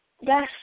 Yes